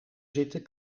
zitten